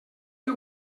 que